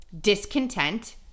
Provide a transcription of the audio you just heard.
discontent